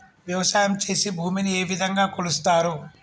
వ్యవసాయం చేసి భూమిని ఏ విధంగా కొలుస్తారు?